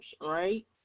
right